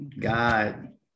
God